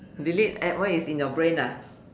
delete at what is in your brain ah